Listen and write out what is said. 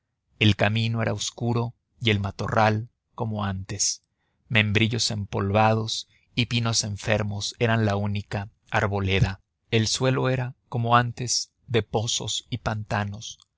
el camino era oscuro y matorral como antes membrillos empolvados y pinos enfermos eran la única arboleda el suelo era como antes de pozos y pantanos